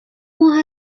ماه